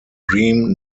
dream